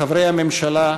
חברי הממשלה,